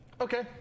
Okay